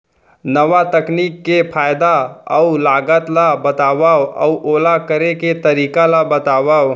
नवा तकनीक के फायदा अऊ लागत ला बतावव अऊ ओला करे के तरीका ला बतावव?